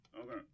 Okay